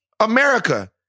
America